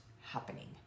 happening